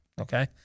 Okay